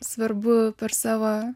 svarbu per savo